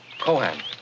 Cohen